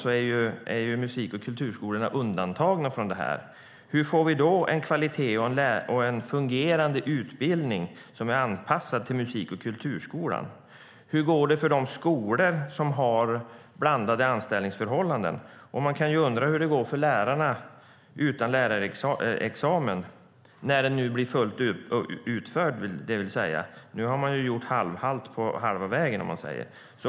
Hur får vi då en hög kvalitet och en fungerande utbildning som är anpassad till musik och kulturskolan? Hur går det för de skolor som har blandade anställningsförhållanden? Hur går det för lärarna utan lärarexamen - när den blir fullt utförd, vill säga, för nu har man ju gjort halt på halva vägen?